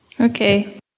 Okay